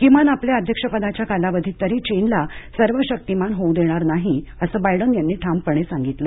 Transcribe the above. किमान आपल्या अध्यक्षपदाच्या कालावधीत तरी चीनला सर्व शक्तिमान होऊ देणार नाही असं बायडन यांनी ठामपणे सांगितलं